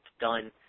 done